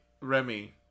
Remy